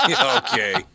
Okay